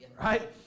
right